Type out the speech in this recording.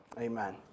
amen